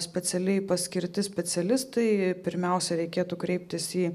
specialiai paskirti specialistai pirmiausia reikėtų kreiptis į